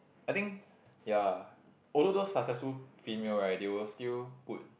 I think ya although those successful female right they would still would